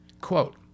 Quote